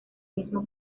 mismo